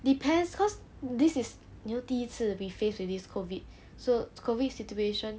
depends cause this is you know 第一次 we face with this COVID so COVID situation